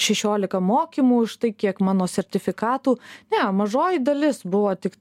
šešiolika mokymų už tai kiek mano sertifikatų ne mažoji dalis buvo tik